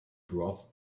broth